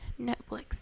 Netflix